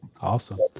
Awesome